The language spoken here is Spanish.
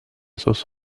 sus